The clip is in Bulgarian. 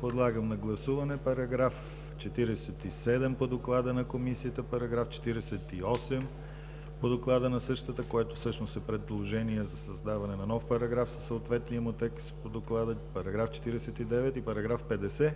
Подлагам на гласуване § 47 по доклада на Комисията, § 48 по доклада на същата, което всъщност е предложение за създаване на нов параграф със съответния му текст по доклада; § 49 и § 50,